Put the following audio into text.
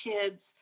Kids